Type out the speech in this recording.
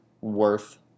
worth